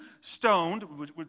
stoned